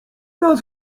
nas